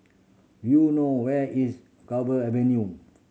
do you know where is Cove Avenue